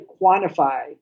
quantify